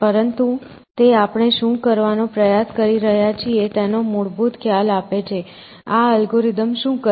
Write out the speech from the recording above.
પરંતુ તે આપણે શું કરવાનો પ્રયાસ કરી રહ્યાં છે તેનો મૂળભૂત ખ્યાલ આપે છે આ અલ્ગોરિધમ શું કરે છે